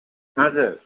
हजुर